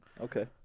Okay